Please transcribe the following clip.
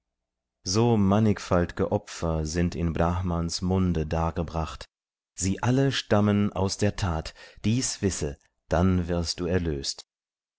so mannigfalt'ge opfer sind in brahmans munde dargebracht sie alle stammen aus der tat dies wisse dann wirst du erlöst